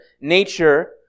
nature